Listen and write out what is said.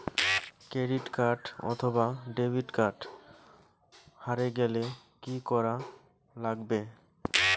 Credit card অথবা debit card হারে গেলে কি করা লাগবে?